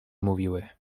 mówiły